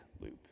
loop